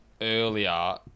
earlier